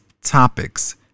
topics